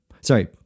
Sorry